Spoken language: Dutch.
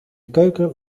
keuken